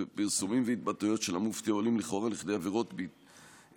פרסומים והתבטאויות של המופתי העולים לכאורה לכדי עבירת ביטוי,